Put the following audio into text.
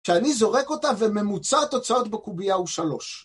‫שאני זורק אותה וממוצע התוצאות ‫בקוביה הוא שלוש.